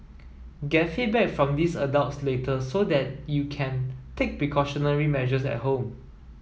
get feedback from these adults later so that you can take precautionary measures at home